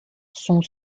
sont